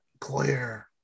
Claire